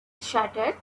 shattered